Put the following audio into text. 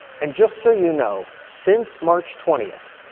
and just so you know, since march twentieth.